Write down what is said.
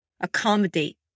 accommodate